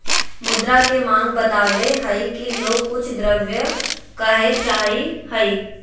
मुद्रा के माँग बतवय हइ कि लोग कुछ द्रव्य काहे चाहइ हइ